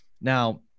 Now